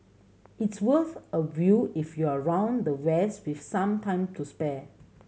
it's worth a view if you're around the west with some time to spare